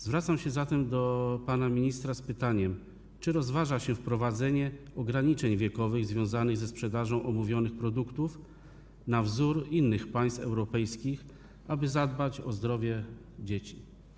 Zwracam się zatem do pana ministra z pytaniem: Czy rozważa się wprowadzenie ograniczeń wiekowych związanych ze sprzedażą omówionych produktów na wzór innych państw europejskich, aby zadbać o zdrowie dzieci?